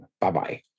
Bye-bye